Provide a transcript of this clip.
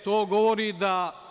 To govori da…